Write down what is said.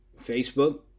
Facebook